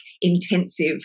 intensive